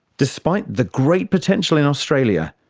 despite the great potential in australia,